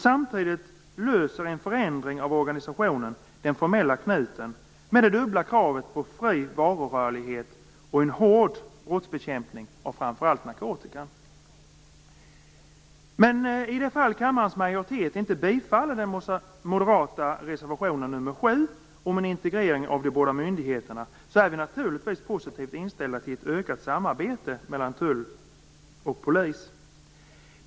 Samtidigt löser en förändring av organisationen den formella knuten med det dubbla kravet på fri varurörlighet och en hård brottsbekämpning när det framför allt gäller narkotika. I det fall kammarens majoritet inte bifaller den moderata reservationen nr 7 om en integrering av de båda myndigheterna är vi naturligtvis positivt inställda till ett ökat samarbete mellan tull och polis.